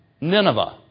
Nineveh